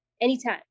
anytime